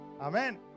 Amen